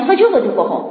મને હજૂ વધુ કહો